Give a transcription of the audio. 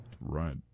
Right